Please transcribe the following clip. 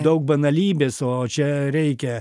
daug banalybės o čia reikia